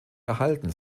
erhalten